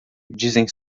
dizem